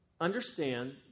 Understand